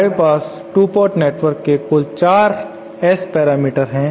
हमारे पास 2 port network के कुल चार S पैरामीटर है